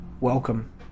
welcome